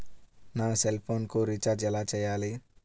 నా సెల్ఫోన్కు రీచార్జ్ ఎలా చేయాలి?